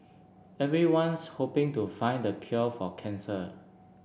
everyone's hoping to find the cure for cancer